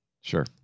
Sure